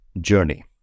journey